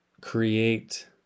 create